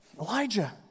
Elijah